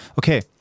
Okay